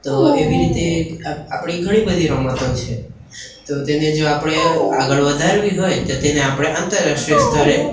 તો એવી રીતે આપ આપણી ઘણી બધી રમતો છે તો તેને જો આપણે આગળ વધારવી હોય તો તેને આપણે આંતરરાષ્ટ્રીય સ્તરે